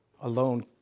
alone